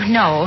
no